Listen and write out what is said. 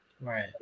right